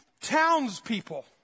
townspeople